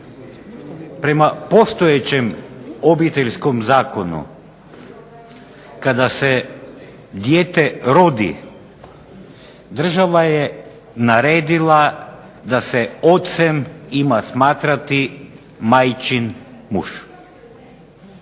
Prema postojećem Obiteljskom zakonu kada se dijete rodi država je naredila da se ocem ima smatrati majčin muž